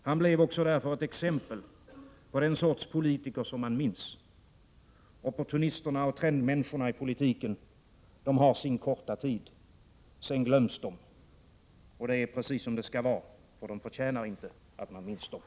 Han blev därför också ett exempel på den sorts politiker som man minns. Opportunisterna och trendmänniskorna i politiken — de har sin korta tid. Sedan glöms de. Och det är precis som det skall vara, för de förtjänar inte att man minns dem.